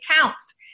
counts